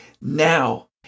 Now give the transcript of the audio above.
now